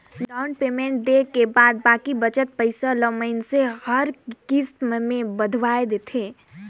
down payment देय के बाद बाकी बचत पइसा ल मइनसे हर किस्त में बंधवाए देथे